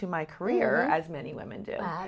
to my career as many women do